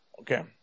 Okay